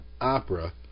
opera